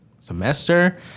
semester